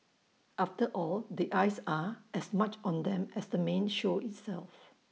after all the eyes are as much on them as the main show itself